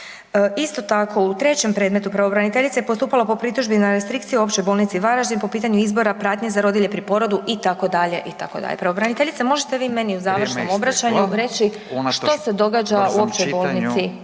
Isto tako, u trećem predmetu pravobraniteljica je postupala po pritužbi na restrikcije u Općoj bolnici Varaždin po pitanju izbora pratnje za rodilje pri porodu, itd., itd. Pravobraniteljice, možete vi meni u završnom .../Upadica: Vrijeme